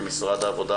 ממשרד העבודה,